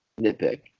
nitpick